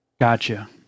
Gotcha